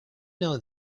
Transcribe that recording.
know